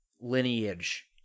lineage